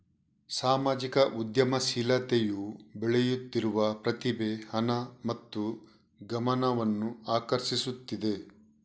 ಸಾಮಾಜಿಕ ಉದ್ಯಮಶೀಲತೆಯು ಬೆಳೆಯುತ್ತಿರುವ ಪ್ರತಿಭೆ, ಹಣ ಮತ್ತು ಗಮನವನ್ನು ಆಕರ್ಷಿಸುತ್ತಿದೆ